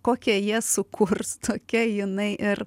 kokią jie sukurs tokia jinai ir